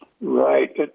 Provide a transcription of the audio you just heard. Right